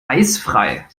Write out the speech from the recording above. eisfrei